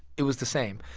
it was the same.